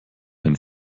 einen